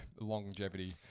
longevity